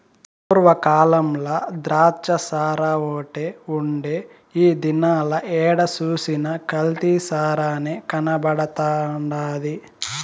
పూర్వ కాలంల ద్రాచ్చసారాఓటే ఉండే ఈ దినాల ఏడ సూసినా కల్తీ సారనే కనబడతండాది